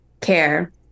care